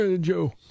Joe